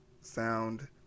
sound